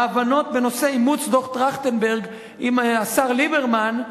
ההבנות בנושא אימוץ דוח-טרכטנברג עם השר ליברמן,